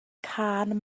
cân